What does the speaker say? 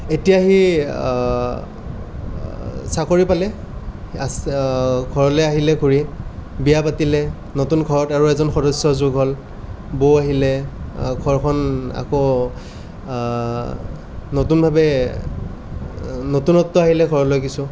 এতিয়া সি চাকৰি পালে আছ ঘৰলৈ আহিলে ঘূৰি বিয়া পাতিলে নতুন ঘৰত আৰু এজন সদস্য় যোগ হ'ল বৌ আহিলে ঘৰখন আকৌ নতুনভাৱে নতুনত্ব আহিলে ঘৰলৈ কিছু